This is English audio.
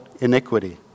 iniquity